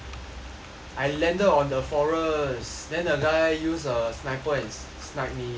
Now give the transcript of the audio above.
I landed on the forest then the guy use a sniper and snipe me